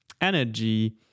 energy